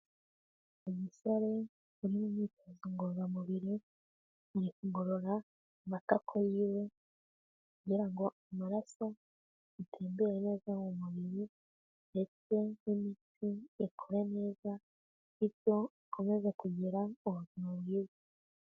Umusore uri mu myitozo ngororamubiri, ari kugorora amatako yiwe kugira ngo amaraso atembere neza umubiri ndetse n'imitsi ikore neza bityo akomeza kugira ubuzima bwiza.